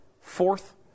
fourth